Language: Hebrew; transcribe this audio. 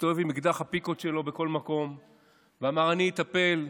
הסתובב עם אקדח הפיקות שלו בכל מקום ואמר: אני אטפל,